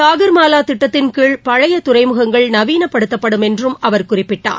சாக்மாலா திட்டத்தின்கீழ் பழைய துறைமுகங்கள் நவீனப்படுத்தப்படும் என்று அவர் குறிப்பிட்டார்